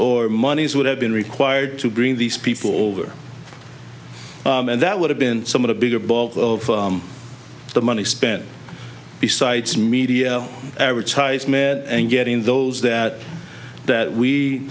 or monies would have been required to bring these people over and that would have been some of the bigger ball of the money spent besides media advertisement and getting those that that we